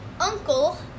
uncle